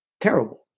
terrible